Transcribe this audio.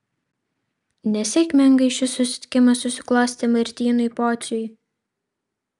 nesėkmingai šis susitikimas susiklostė martynui pociui